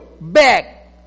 back